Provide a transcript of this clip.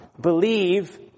Believe